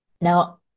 Now